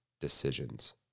decisions